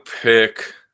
pick